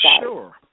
Sure